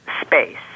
space